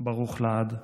ברוך לעד.